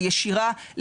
הישירה,